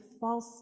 false